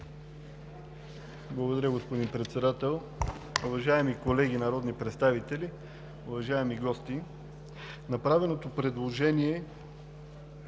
Благодаря, господин Председател. Уважаеми колеги народни представители, уважаеми гости! Направеното предложение